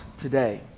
today